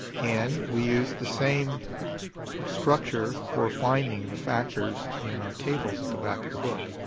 and we use the same structure for finding the factors in our tables at the back of the book.